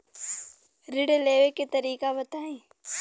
ऋण लेवे के तरीका बताई?